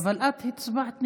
אבל את הצבעת נגדו.